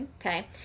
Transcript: Okay